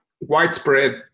widespread